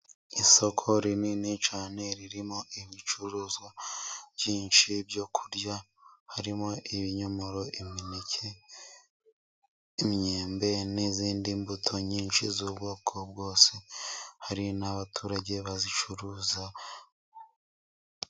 Isoko rinini cyane ririmo ibicuruzwa byinshi byo kurya, harimo ibinyomoro, imineke, imyembe n'izindi mbuto nyinshi z'ubwoko bwose hari n'abaturage bazicuruza.